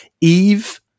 Eve